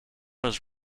was